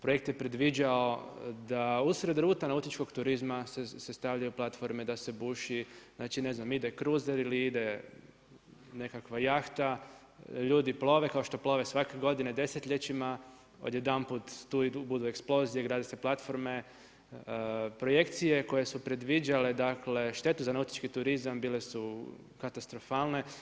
Projekt je predviđao da usred ruta nautičkog turizma se stavljaju platforme, da se buši, ne znam ide kruzer ili ide nekakva jahta, ljudi plove kao što plove svake godine desetljećima jedanput tu budu eksplozije, grade se platforme, projekcije koje su predviđale štetu za nautički turizam bile su katastrofalne.